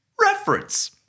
reference